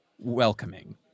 welcoming